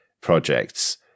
projects